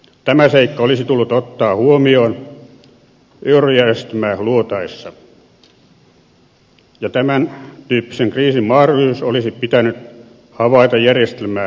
tämä seikka olisi tullut ottaa huomioon eurojärjestelmää luotaessa ja tämän tyyppisen kriisin mahdollisuus olisi pitänyt havaita järjestelmää luotaessa